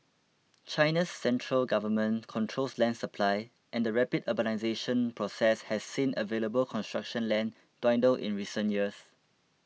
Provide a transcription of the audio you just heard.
China's central government controls land supply and the rapid urbanisation process has seen available construction land dwindle in recent years